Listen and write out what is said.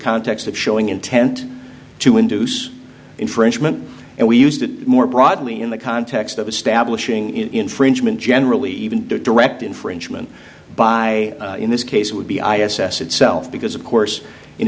context of showing intent to induce infringement and we use that more broadly in the context of establishing in infringement generally even direct infringement by in this case would be i assess itself because of course in